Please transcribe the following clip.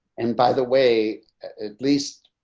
and by the way, at least,